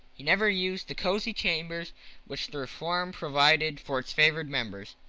he never used the cosy chambers which the reform provides for its favoured members.